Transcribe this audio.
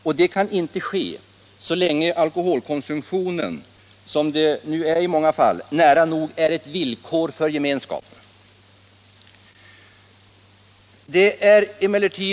Och detta kan inte ske så länge alkoholkonsumtionen nära nog är ett villkor för gemenskapen, som det nu är i många fall.